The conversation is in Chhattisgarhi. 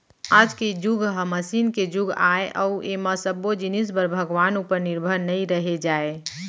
आज के जुग ह मसीन के जुग आय अउ ऐमा सब्बो जिनिस बर भगवान उपर निरभर नइ रहें जाए